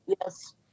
Yes